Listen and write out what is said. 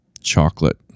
Chocolate